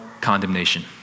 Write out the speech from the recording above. condemnation